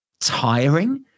tiring